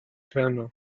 piano